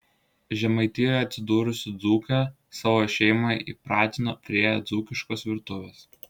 žemaitijoje atsidūrusi dzūkė savo šeimą įpratino prie dzūkiškos virtuvės